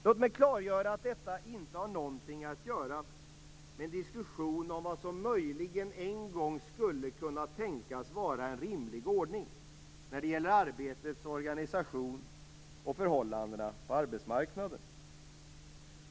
Låt mig klargöra att detta inte har någonting att göra med en diskussion om vad som möjligen en gång skulle kunna tänkas vara en rimlig ordning när det gäller arbetets organisation och förhållandena på arbetsmarknaden.